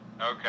Okay